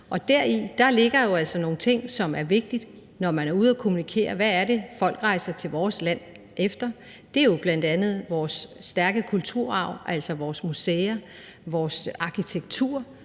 jo altså nogle ting, som er vigtige, når man er ude at kommunikere, hvad det er, folk rejser til vores land efter. Det er jo bl.a. vores stærke kulturarv, altså vores museer og vores arkitektur.